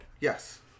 Yes